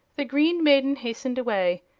the green maiden hastened away,